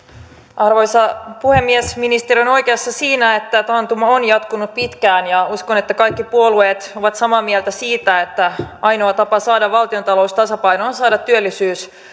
arvoisa puhemies ministeri on oikeassa siinä että taantuma on jatkunut pitkään ja uskon että kaikki puolueet ovat samaa mieltä siitä että ainoa tapa saada valtiontalous tasapainoon on saada työllisyys